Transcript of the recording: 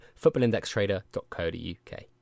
FootballIndexTrader.co.uk